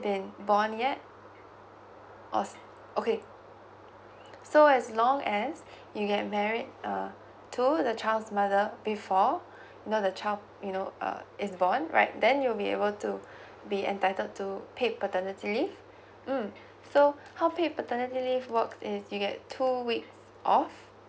been born yet or so okay so as long as you get married uh to the child's mother before you know the child you know uh is born right then you will be able to be entitled to paid paternity leave mm so how paid paternity leave work is you get two week off